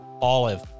Olive